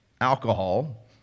alcohol